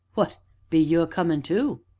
what be you a-comin' too?